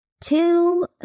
two